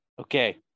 okay